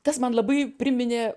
tas man labai priminė